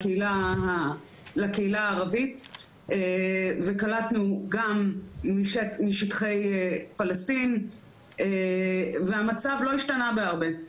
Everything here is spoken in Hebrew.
לחברה הערבית וקלטנו גם אז להט״ב משטחי פלסטין והמצב לא השתנה בהרבה.